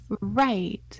right